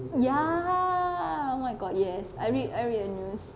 ya oh my god yes I read I read the news